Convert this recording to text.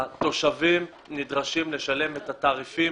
התושבים נדרשים לשלם את התעריפים